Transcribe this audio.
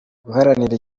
guharanira